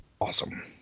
awesome